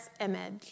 image